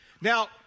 now